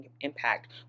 impact